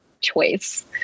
choice